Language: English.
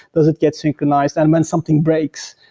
does it get synchronized? and when something breaks,